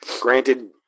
granted